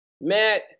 Matt